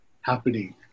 happening